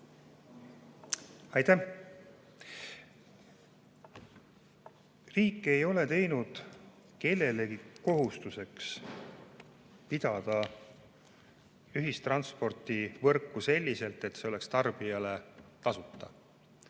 Aitäh! Riik ei ole teinud kellelegi kohustuseks pidada ühistranspordivõrku nii, et see oleks tarbijale tasuta.